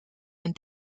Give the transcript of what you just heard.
een